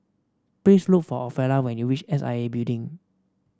please look for Ophelia when you reach S I A Building